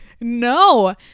no